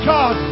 God